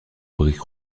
briques